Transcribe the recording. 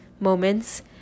moments